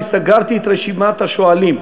אני סגרתי את רשימת השואלים.